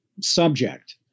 subject